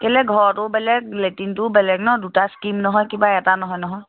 কেলৈ ঘৰতো বেলেগ লেটিনটোও বেলেগ ন দুটা স্কিম নহয় কিবা এটা নহয় নহয়